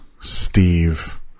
Steve